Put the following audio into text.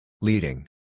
Leading